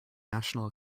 national